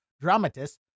dramatist